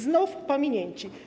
Znów pominięcie.